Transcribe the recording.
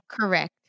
correct